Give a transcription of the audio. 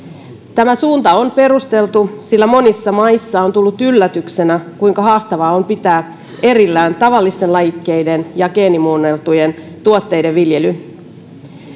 tämä suunta on perusteltu sillä monissa maissa on tullut yllätyksenä kuinka haastavaa on pitää erillään tavallisten lajikkeiden ja geenimuunneltujen tuotteiden viljely